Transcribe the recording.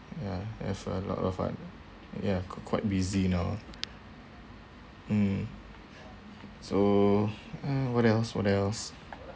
ya I have a lot of like ya qu~ quite busy now mm so uh what else what else